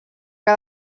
que